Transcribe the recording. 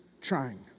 trying